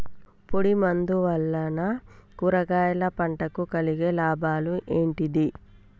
పొడిమందు వలన కూరగాయల పంటకు కలిగే లాభాలు ఏంటిది?